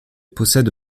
possède